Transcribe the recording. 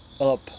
Up